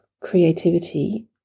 creativity